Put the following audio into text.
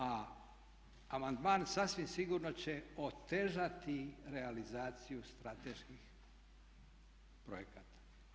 A amandman sasvim sigurno će otežati realizaciju strateških projekata.